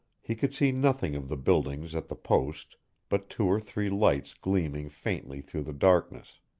he could see nothing of the buildings at the post but two or three lights gleaming faintly through the darkness.